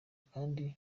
kandi